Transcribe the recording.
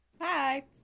Hi